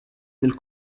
del